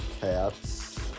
cats